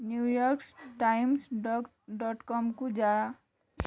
New York's times ଡଗ dot କମକୁ ଯାଆ